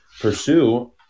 pursue